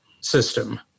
system